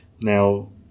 Now